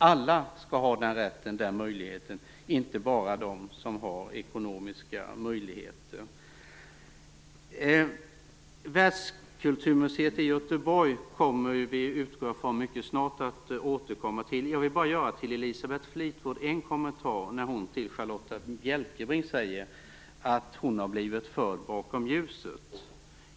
Alla skall ha den rätten och den möjligheten, inte bara de som har ekonomiska möjligheter. Världskulturmuseet i Göteborg kommer vi, det utgår jag från, att återkomma till mycket snart. Jag vill bara göra en kommentar till Elisabeth Fleetwood när hon till Charlotta L Bjälkebring säger att hon har blivit förd bakom ljuset.